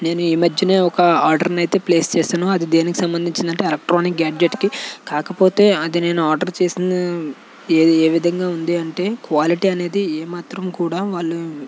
నేను ఈ మధ్యనే ఒక ఆర్డర్ను అయితే ప్లేస్ చేసాను అది దేనికి సంబంధించి అంటే ఎలక్ట్రానిక్ గ్యాడ్జెట్కి కాకపోతే అది నేను ఆర్డర్ చేసిన ఏది ఏ విధంగా ఉంది అంటే క్వాలిటీ అనేది ఏమాత్రం కూడా వాళ్లు